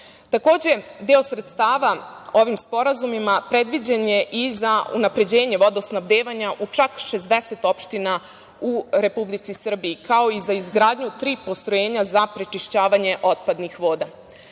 dolara. Takođe, deo sredstava ovim sporazumima predviđen je i za unapređenje vodosnabdevanja u čak 60 opština u Republici Srbiji, kao i za izgradnju tri postrojenja za prečišćavanje otpadnih